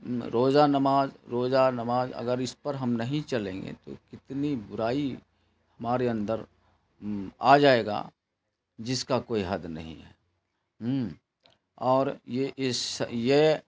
روزہ نماز روزہ نماز اگر اس پر ہم نہیں چلیں گے تو کتنی برائی ہمارے اندر آ جائے گا جس کا کوئی حد نہیں ہے اور یہ اس یہ